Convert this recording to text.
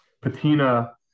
patina